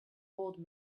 old